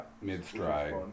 mid-stride